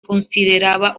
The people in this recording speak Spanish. consideraba